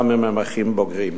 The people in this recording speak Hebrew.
גם אם הם אחים בוגרים.